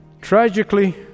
Tragically